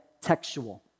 textual